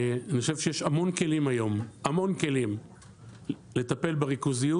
אני חושב שיש היום המון כלים לטפל בריכוזיות.